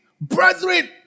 brethren